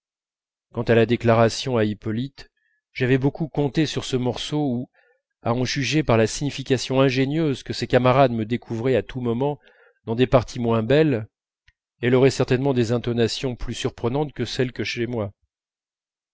quant à la déclaration à hippolyte j'avais beaucoup compté sur ce morceau où à en juger par la signification ingénieuse que ses camarades me découvraient à tout moment dans des parties moins belles elle aurait certainement des intonations plus surprenantes que celles que chez moi